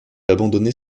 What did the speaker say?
abandonner